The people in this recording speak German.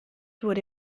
wurde